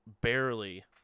barely